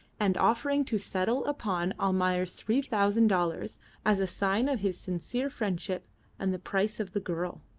and offering to settle upon almayer three thousand dollars as a sign of his sincere friendship and the price of the girl.